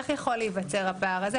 איך יכול להיווצר הפער הזה?